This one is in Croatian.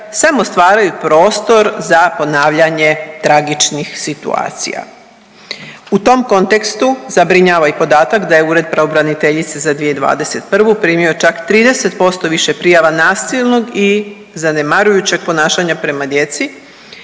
samo stvaraju prostor za ponavljanje tragičnih situacija. U tom kontekstu zabrinjava i podatak da je Ured pravobraniteljice za 2021. primio čak 30% više prijava nasilnog i zanemarujućeg ponašanja prema djeci